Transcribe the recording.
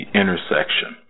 intersection